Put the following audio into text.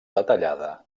detallada